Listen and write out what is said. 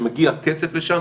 שמגיע כסף לשם,